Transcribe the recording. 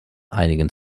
einigen